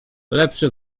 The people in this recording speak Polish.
lepszy